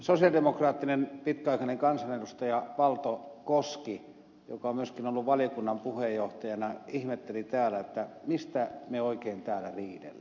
sosialidemokraattinen pitkäaikainen kansanedustaja valto koski joka on myöskin ollut valiokunnan puheenjohtajana ihmetteli täällä mistä me oikein täällä riitelemme